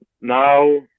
Now